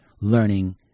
learning